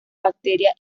bacteria